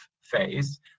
phase